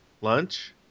Lunch